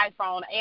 iPhone